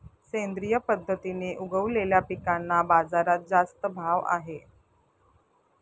सेंद्रिय पद्धतीने उगवलेल्या पिकांना बाजारात जास्त भाव आहे